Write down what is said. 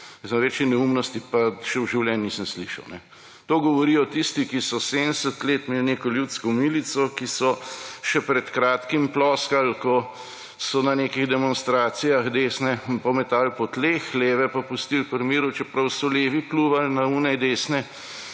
Večje neumnosti pa še v življenju nisem slišal. To govorijo tisti, ki so 70 let imeli neko ljudsko milico, ki so še pred kratkim ploskali, ko so na nekih demonstracijah desne pometali po tleh, leve pa pustili pri miru, čeprav so levi pljuvali na tiste desne,